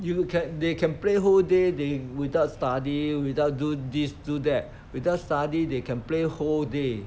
you can they can play whole day they without studying without do this do that without study they can play whole day